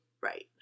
Right